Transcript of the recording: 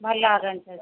ଭଲ ଅରେଞ୍ଜ ଅଛି